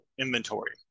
inventory